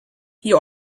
you